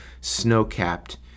snow-capped